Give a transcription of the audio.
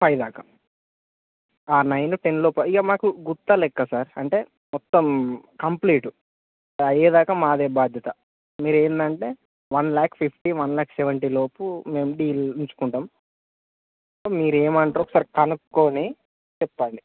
five దాకా nine ten లోపు ఇయా మాకు గుట్ట లెక్క సార్ అంటే మొత్తం కంప్లీట్ అయ్యేదాకా మాదే బాద్యత మీరు ఏంటంటే one lakh fifty one lakh seventy లోపు మేము డీల్ ఉంచుకుంటాము మీరు ఏమంటారో ఒకసారి కనుక్కుని చెప్పండి